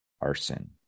arson